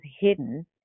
hidden